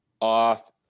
off